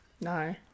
No